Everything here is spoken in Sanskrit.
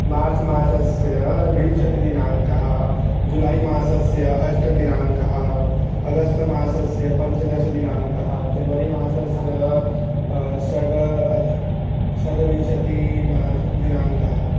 मार्च् मासस्य विंशतिदिनाङ्कः जुलै मासस्य अष्टमदिनाङ्कः अगस्तमासस्य पञ्चदशदिनाङ्कः जन्वरी मासस्य षड् षड्विंशतिः मासः दिनाङ्कः